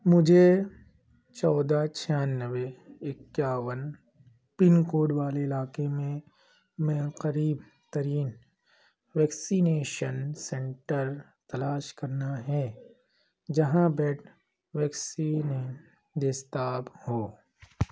مجھے چودہ چھییانوے اکیاون پنکوڈ والے علاقے میں میں قریب ترین ویکسینیشن سینٹر تلاش کرنا ہے جہاں بیڈ ویکسینیں دستیاب ہوں